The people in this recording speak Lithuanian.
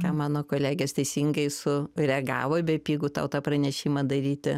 ką mano kolegės teisingai sureagavo bepigu tau tą pranešimą daryti